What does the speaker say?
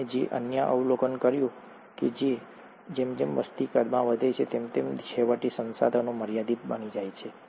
તેમણે જે અન્ય અવલોકન કર્યું છે તે એ છે કે જેમ જેમ વસ્તી કદમાં વધે છે તેમ તેમ છેવટે સંસાધનો મર્યાદિત બની જાય છે